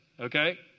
okay